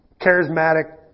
charismatic